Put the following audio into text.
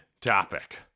topic